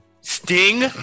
Sting